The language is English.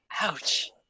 Ouch